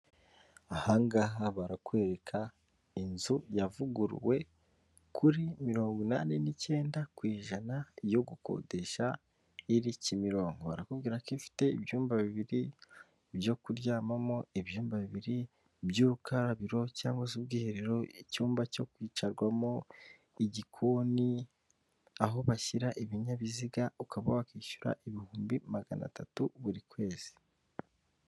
Ahangaha barakwereka inzu yavuguruwe kuri mirongo inani n'icyenda ku ijana yo gukodesha iri kimiroko, arakubwira kofite ibyumba bibiri byo kuryamamo, ibyumba bibiri by'urukarabiro cyangwa se ubwiherero, icyumba cyo kwicarwamo, igikunni, aho bashyira ibinyabiziga ukaba wakwishyura ibihumbi magana atatu buri kwezi.